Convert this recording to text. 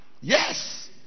yes